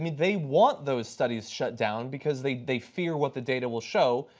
i mean they want those studies shut down because they they fear what the data will show,